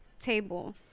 table